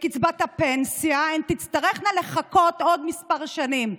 לקצבת הפנסיה, הן תצטרכנה לחכות עוד כמה שנים.